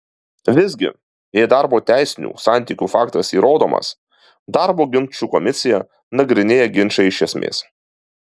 visgi jei darbo teisinių santykių faktas įrodomas darbo ginčų komisija nagrinėja ginčą iš esmės